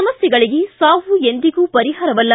ಸಮಸ್ಥೆಗಳಿಗೆ ಸಾವು ಎಂದಿಗೂ ಪರಿಹಾರವಲ್ಲ